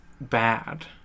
bad